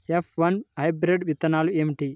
F one hybrid విత్తనాలు ఏమిటి?